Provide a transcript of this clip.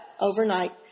overnight